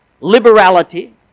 liberality